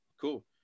Cool